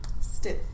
stiff